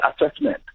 assessment